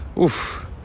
Oof